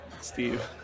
Steve